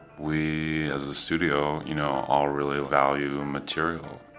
we as a studio you know all really value material.